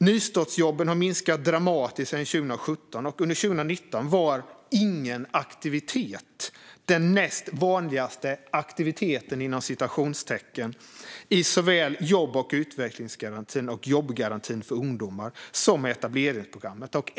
Nystartsjobben har minskat dramatiskt sedan 2017, och under 2019 var ingen aktivitet den näst vanligaste "aktiviteten" såväl i jobb och utvecklingsgarantin och jobbgarantin för ungdomar som i etableringsprogrammet.